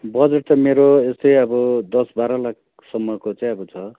budget त मेरो यस्तै अब दस बाह्र लाखसम्मको चाहिँ अब छ